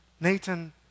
Nathan